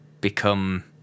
become